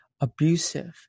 abusive